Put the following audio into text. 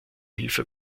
hilfe